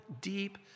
deep